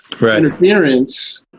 interference